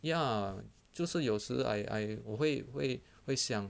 ya 就是有时 I I 我会会会想